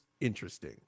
interesting